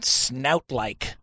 snout-like